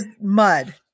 mud